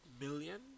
million